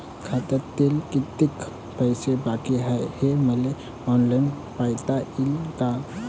खात्यात कितीक पैसे बाकी हाय हे मले ऑनलाईन पायता येईन का?